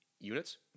units